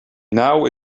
now